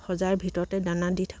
সজাৰ ভিতৰতে দানা দি থাকোঁ